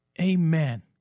Amen